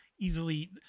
easily